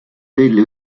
delle